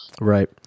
Right